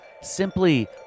simply